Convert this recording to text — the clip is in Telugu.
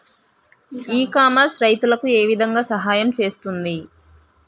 ఇ కామర్స్ రైతులకు ఏ విధంగా సహాయం చేస్తుంది?